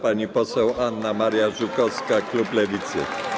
Pani poseł Anna Maria Żukowska, klub Lewicy.